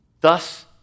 thus